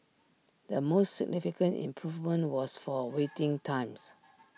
the most significant improvement was for waiting times